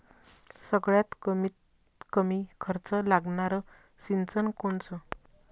सगळ्यात कमीत कमी खर्च लागनारं सिंचन कोनचं?